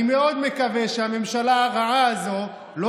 אני מאוד מקווה שהממשלה הרעה הזאת לא